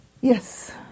Yes